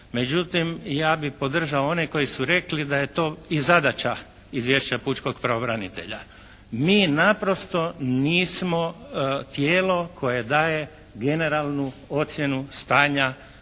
Međutim, ja bih podržao one koji su rekli da je to i zadaća Izvješća pučkog pravobranitelja. Mi naprosto nismo tijelo koje daje generalnu ocjenu stanja